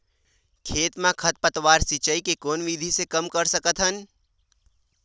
खेत म खरपतवार सिंचाई के कोन विधि से कम कर सकथन?